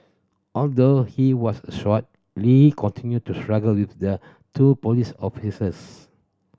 although he was shot Lee continued to struggle with the two police officers